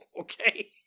okay